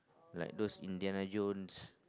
like those Indiana-Jones